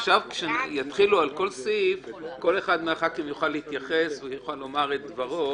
בכל סעיף כל אחד מחברי הכנסת יוכל להתייחס ולומר את דברו